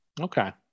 Okay